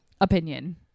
opinion